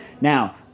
Now